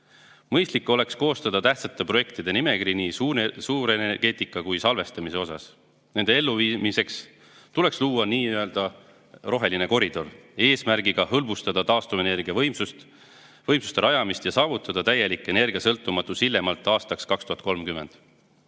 Mõistlik oleks koostada tähtsate projektide nimekiri nii suurenergeetika kui ka salvestamise osas. Nende elluviimiseks tuleks luua nii-öelda roheline koridor eesmärgiga hõlbustada taastuvenergia võimsuste rajamist ja saavutada täielik energiasõltumatus hiljemalt aastaks 2030.